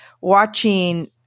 watching